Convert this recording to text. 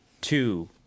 two